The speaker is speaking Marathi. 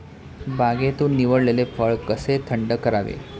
बागेतून निवडलेले फळ कसे थंड करावे?